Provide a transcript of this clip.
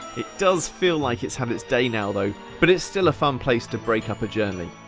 it does feel like it's had it's day now though but it's still a fun place to break up a journey